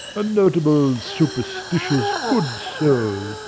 a notable, superstitious, good soul,